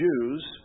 Jews